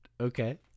Okay